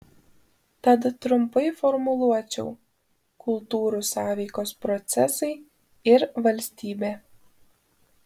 tad trumpai formuluočiau kultūrų sąveikos procesai ir valstybė